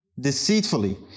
deceitfully